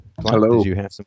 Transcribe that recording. Hello